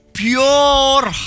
pure